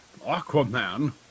Aquaman